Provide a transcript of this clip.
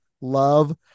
love